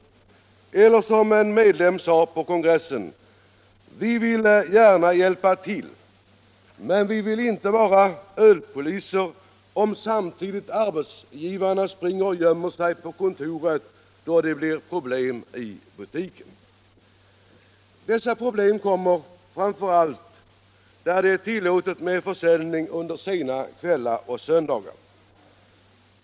Eller som en medlem sade vid kongressen: ”Vi vill gärna hjälpa till men vi vill inte vara ölpoliser om samtidigt arbetsgivarna springer och gömmer sig på kontoret när det blir problem i butiken.” Dessa problem uppkommer framför allt när det är tillåtet med försäljning under sena kvällar och söndagar.